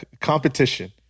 competition